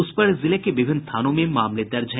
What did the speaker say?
उस पर जिले के विभिन्न थानों में मामले दर्ज हैं